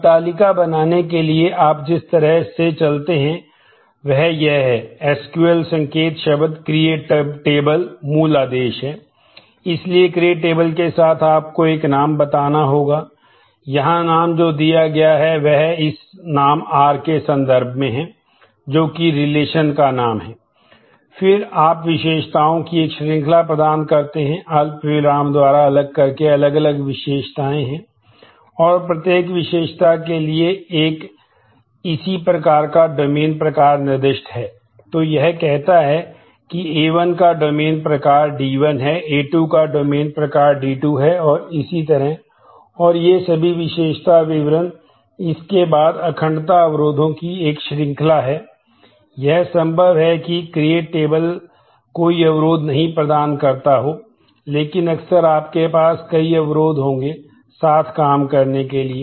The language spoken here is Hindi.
अब तालिका बनाने के लिए आप जिस तरह से चलते हैं वह यह है एसक्यूएल कोई अवरोध नहीं प्रदान करता हो लेकिन अक्सर आपके पास कई अवरोध होंगे साथ काम करने के लिए